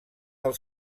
del